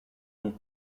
und